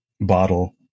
bottle